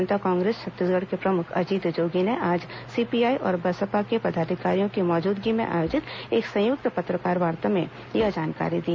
जनता कांग्रेस छत्तीसगढ़ के प्रमुख अजीत जोगी ने आज सीपीआई और बसपा के पदाधिकारियों की मौजूदगी में आयोजित एक संयुक्त पत्रकारवार्ता में यह जानकारी दी